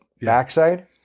backside